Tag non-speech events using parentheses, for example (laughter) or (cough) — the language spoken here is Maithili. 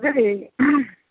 (unintelligible)